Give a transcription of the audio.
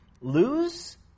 lose